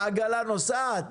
והעגלה נוסעת